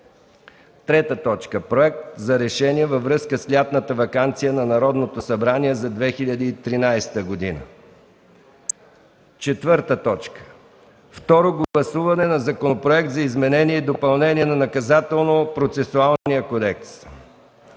съвет. 3. Проект за решение във връзка с лятната ваканция на Народното събрание за 2013 г. 4. Второ гласуване на Законопроект за изменение и допълнение на Наказателно-процесуалния кодекс.